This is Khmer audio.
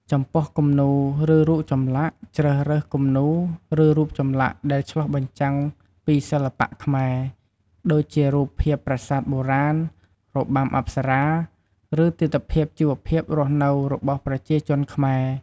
ចំពោះ គំនូរ ឬរូបចម្លាក់ ជ្រើសរើស គំនូរ ឬរូបចម្លាក់ដែលឆ្លុះបញ្ចាំងពីសិល្បៈខ្មែរ ដូចជារូបភាពប្រាសាទបុរាណ របាំអប្សរា ឬទិដ្ឋភាពជីវភាពរស់នៅរបស់ប្រជាជនខ្មែរ។